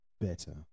better